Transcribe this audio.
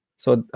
so,